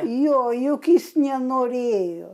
jo juk jis nenorėjo